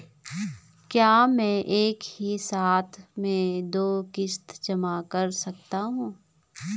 क्या मैं एक ही साथ में दो किश्त जमा कर सकता हूँ?